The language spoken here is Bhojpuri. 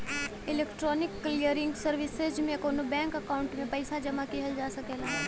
इलेक्ट्रॉनिक क्लियरिंग सर्विसेज में कउनो बैंक अकाउंट में पइसा जमा किहल जा सकला